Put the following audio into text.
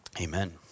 Amen